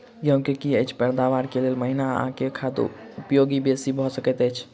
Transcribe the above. गेंहूँ की अछि पैदावार केँ लेल केँ महीना आ केँ खाद उपयोगी बेसी भऽ सकैत अछि?